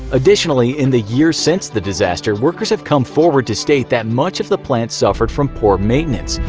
additionally, in the years since the disaster, workers have come forward to state that much of the plant suffered from poor maintenance,